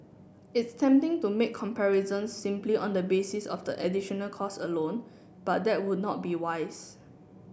it's tempting to make comparisons simply on the basis of the additional cost alone but that would not be wise